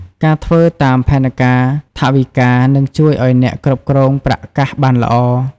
ការធ្វើតាមផែនការថវិកា នឹងជួយឲ្យអ្នកគ្រប់គ្រងប្រាក់កាសបានល្អ។